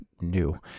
new